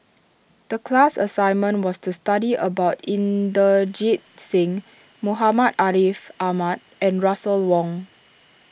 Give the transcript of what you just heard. the class assignment was to study about Inderjit Singh Muhammad Ariff Ahmad and Russel Wong